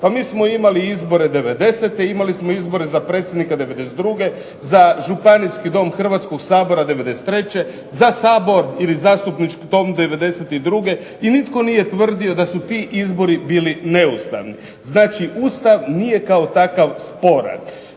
Pa mi smo imali izbore '90-te, imali smo izbore za predsjednika '92., za Županijski dom Hrvatskog sabora '93., za Sabor ili Zastupnički dom '92. i nitko nije tvrdio da su ti izbori bili neustavni. Znači Ustav nije kao takav sporan.